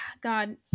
God